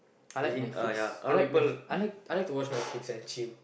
I like Netflix I like Net~ I like I like to watch Netflix and chill